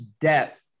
depth